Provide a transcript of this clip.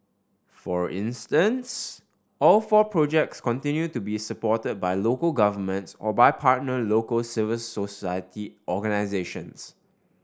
for instance all four projects continue to be supported by local governments or by partner local civil society organisations